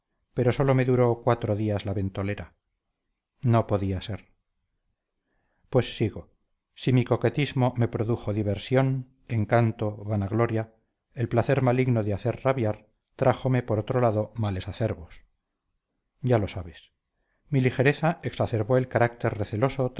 pero sólo me duró cuatro días la ventolera no podía ser pues sigo si mi coquetismo me produjo diversión encanto vanagloria el placer maligno de hacer rabiar trájome por otro lado males acerbos ya lo sabes mi ligereza exacerbó el carácter receloso